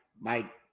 Mike